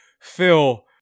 Phil